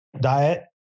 diet